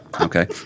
Okay